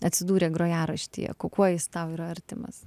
atsidūrė grojaraštyje ku kuo jis tau yra artimas